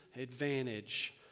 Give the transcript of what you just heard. advantage